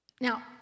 Now